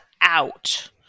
out